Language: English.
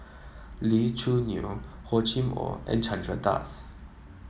Lee Choo Neo Hor Chim Or and Chandra Das